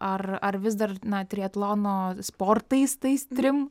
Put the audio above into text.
ar ar vis dar na triatlono sportais tais trim